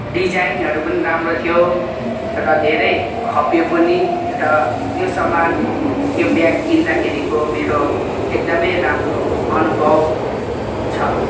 डिजाइनहरू पनि राम्रो थियो र धेरै खप्यो पनि र त्यो सामान त्यो ब्याग किन्दाखेरि को मेरो एकदमै राम्रो अनुभव छ